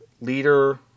leader